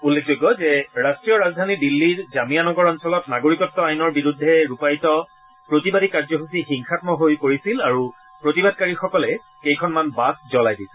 উল্লেখযোগ্য যে ৰাট্টীয় ৰাজধানী দিল্লীৰ জামিয়া নগৰ অঞ্চলত নাগৰিকত্ব আইনৰ বিৰুদ্ধে ৰূপায়িত প্ৰতিবাদী কাৰ্যসূচী হিংসামক হৈ পৰিছিল আৰু প্ৰতিবাদকাৰীসকলে কেইখনমান বাছ জলাই দিছিল